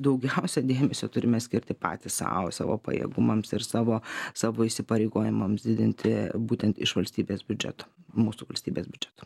daugiausia dėmesio turime skirti patys sau savo pajėgumams ir savo savo įsipareigojimams didinti būtent iš valstybės biudžeto mūsų valstybės biudžeto